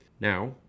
Now